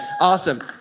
awesome